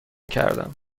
کردم